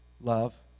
Love